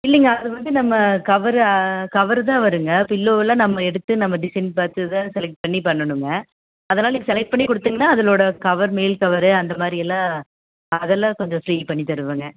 இல்லைங்க அது வந்து நம்ம கவரு ஆ கவரு தான் வருங்க பில்லோலாம் நம்ம எடுத்து அம்மா டிசைன் பார்த்து தான் செலெக்ட் பண்ணி பன்ணணுங்க அதனால் நீங்கள் செலெக்ட் பண்ணி கொடுத்திங்கனா அதுளோட கவர் மேல் கவர் அந்தமாதிரி எல்லாம் அது எல்லாம் கொஞ்சம் ஃப்ரீ பண்ணி தருவங்க